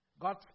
God